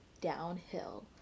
downhill